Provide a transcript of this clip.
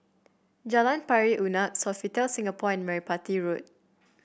Jalan Pari Unak Sofitel Singapore and Merpati Road